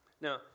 Now